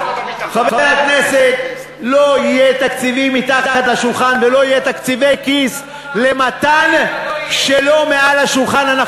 לא יהיו תקציבי כיס למתן שלא מעל השולחן.